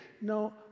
no